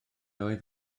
oedd